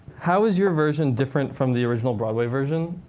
how is your version different from the original broadway version?